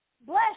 bless